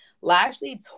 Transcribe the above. Lashley